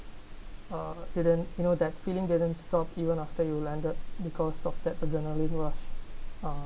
uh didn't you know that feeling didn't stop even after you landed because of that the adrenaline rush uh